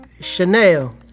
Chanel